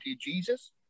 Jesus